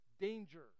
danger